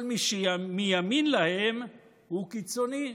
כל מי שמימין להם הוא קיצוני.